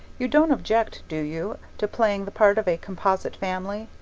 you don't object, do you, to playing the part of a composite family?